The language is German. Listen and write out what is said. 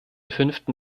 fünften